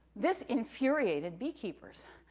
this infuriated beekeepers,